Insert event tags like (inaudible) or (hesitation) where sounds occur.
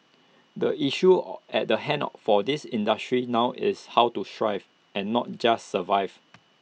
the issue (hesitation) at hand for this industry now is how to thrive and not just survive